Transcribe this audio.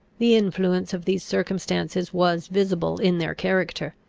the influence of these circumstances was visible in their character.